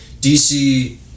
DC